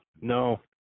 no